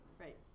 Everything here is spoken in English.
right